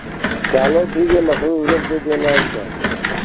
चलो ठीक है मसूर उड़द दे देना और क्या